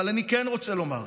אבל אני כן רוצה לומר,